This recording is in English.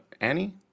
Annie